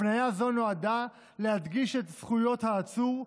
הבניה זו נועדה להדגיש את זכויות העצור,